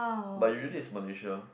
but usually it's malaysia